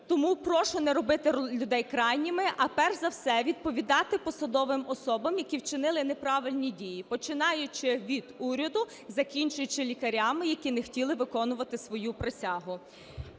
Тому прошу не робити людей крайніми, а перш за все, відповідати посадовим особам, які вчинили неправильні дії, починаючи від Уряду, закінчуючи лікарями, які не хотіли виконувати свою присягу.